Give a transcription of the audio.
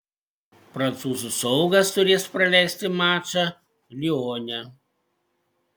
prancūzų saugas turės praleisti mačą lione